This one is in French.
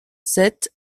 sept